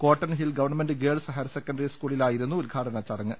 Cotton Hill government girls higher secondary സ്കൂളിലായിരുന്നു ഉദ്ഘാടന ചടങ്ങ്